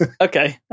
Okay